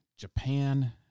Japan